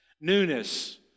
Newness